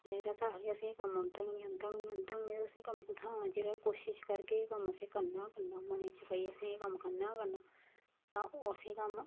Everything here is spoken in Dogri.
जेकर अस आखगे असें कम्म औंदा गै नी ऐ औंदा गै नीऔंदा गै नी ते असें कम्म कुत्थां औना जेल्लै कोशिश करगे एह् कम्म असें करना करना करना मनै च भाई असें एह् कम्म करना गै करना तां ओह् असें कम्म